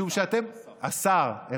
השר.